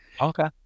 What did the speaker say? Okay